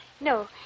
No